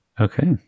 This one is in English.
okay